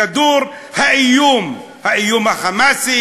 בכדור האיום: איום ה"חמאס",